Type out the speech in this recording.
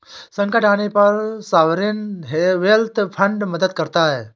संकट आने पर सॉवरेन वेल्थ फंड मदद करता है